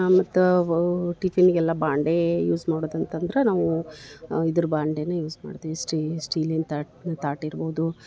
ಮತ್ತು ಟಿಫಿನ್ಗೆಲ್ಲ ಬಾಂಡೇ ಯೂಸ್ ಮಾಡೋದು ಅಂತಂದ್ರೆ ನಾವೂ ಇದ್ರ ಬಾಂಡೆನೇ ಯೂಸ್ ಮಾಡ್ತೀವಿ ಸ್ಟೀಲಿಂದು ತಟ್ಟೆ ಇರ್ಬೋದು